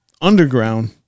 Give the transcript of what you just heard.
underground